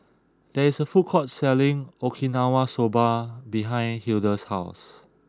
there is a food court selling Okinawa Soba behind Hilda's house